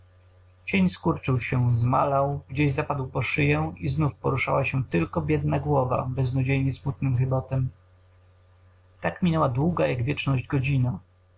cień skurczył się zmalał gdzieś zapadł po szyję i znów poruszała się tylko biedna głowa beznadziejnie smutnym chybotem tak minęła długa jak wieczność godzina